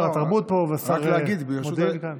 שר התרבות ושר המודיעין פה.